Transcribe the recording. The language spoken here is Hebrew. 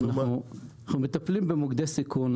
אנחנו מטפלים במוקדי סיכון.